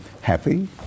happy